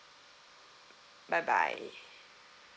bye bye